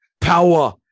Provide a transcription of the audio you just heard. Power